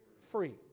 free